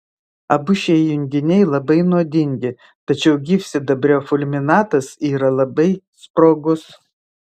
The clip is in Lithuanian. abu šie junginiai labai nuodingi tačiau gyvsidabrio fulminatas yra labai sprogus